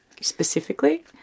specifically